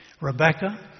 Rebecca